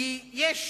כי יש